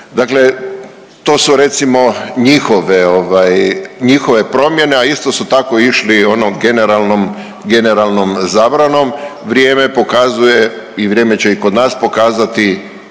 Dakle, to su recimo njihove ovaj, njihove promjene, a isto su tako išli ono generalnom, generalnom zabranom. Vrijeme pokazuje i vrijeme će i kod nas pokazati